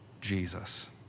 Jesus